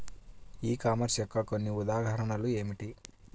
ఈ కామర్స్ యొక్క కొన్ని ఉదాహరణలు ఏమిటి?